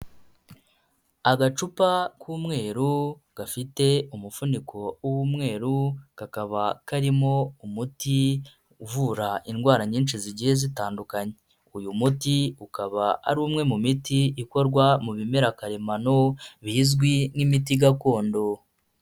Agacupa k'umweru gafite umufuniko w'umweru kakaba karimo umuti uvura indwara nyinshi zigiye zitandukanye. Uyu muti ukaba ari umwe mu miti ikorwa mu bimera karemano bizwi nk'imiti gakondo.